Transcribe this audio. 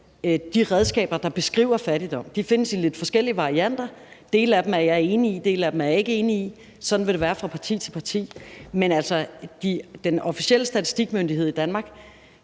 dag redskaber, der beskriver fattigdom. De findes i lidt forskellige varianter. Dele af dem er jeg enig i, dele af dem er jeg ikke enig i. Sådan vil det være fra parti til parti. Men altså, den officielle statistikmyndighed i Danmark